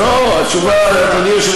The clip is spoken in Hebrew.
טוב, התשובה ברורה, אדוני השר.